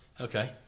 Okay